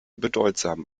bedeutsam